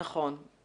נכון.